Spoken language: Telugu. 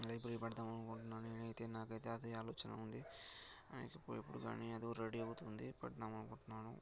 లైబ్రరీ పెడదామని అకుంటున్నాను నేనైతే నాకైతే అదే ఆలోచన ఉంది ఇంకా ఇప్పుడు కానీ అది రెడీ అయిపోతుంది పెడదామని అకుంటున్నాను